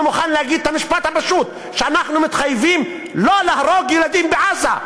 לא מוכן להגיד את המשפט הפשוט: אנחנו מתחייבים לא להרוג ילדים בעזה.